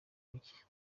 mike